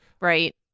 right